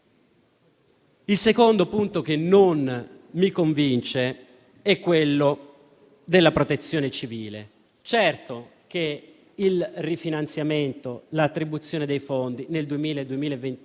Il secondo punto che non mi convince è quello della protezione civile. È certo che il rifinanziamento e l'attribuzione dei fondi nel 2022-2023